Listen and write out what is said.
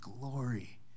glory